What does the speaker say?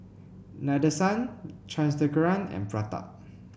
Nadesan Chandrasekaran and Pratap